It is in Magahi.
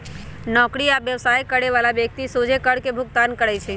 नौकरी आ व्यवसाय करे बला व्यक्ति सोझे कर के भुगतान करइ छै